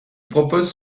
proposent